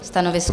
Stanovisko?